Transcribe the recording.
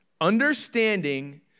Understanding